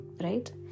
Right